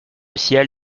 ciel